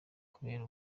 kubera